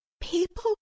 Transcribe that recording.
People